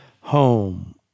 Home